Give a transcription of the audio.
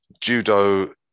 judo